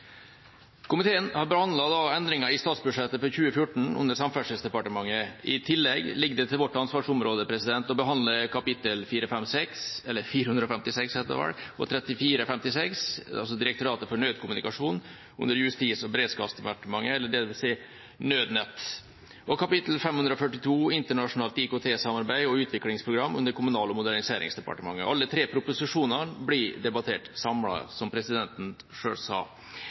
Komiteen har behandlet endringer i statsbudsjettet for 2014 under Samferdselsdepartementet. I tillegg ligger det til vårt ansvarsområde å behandle kap. 456 og kap. 3456: Direktoratet for nødkommunikasjon, under Justis- og beredskapsdepartementet, dvs. Nødnett, og kap. 542: Internasjonalt IKT-samarbeid og utviklingsprogram under Kommunal- og moderniseringsdepartementet. Alle tre proposisjonene blir debattert samlet, som presidenten selv sa.